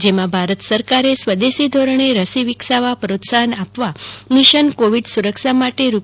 જેમાં ભારત સરકારે સ્વદેશી ધોરણે રસી વિકસાવવા પ્રોત્સાહન આપવા મિશન કોવીડ સુરક્ષા માટે રૂ